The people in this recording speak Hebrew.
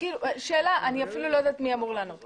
זו הייתה התקופה שבה מדינת ישראל,